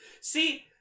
See